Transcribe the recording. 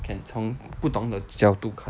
can 从不同的角度看